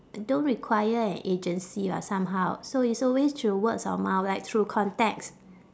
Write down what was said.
don't require an agency lah somehow so it's always through words of mouth like through contacts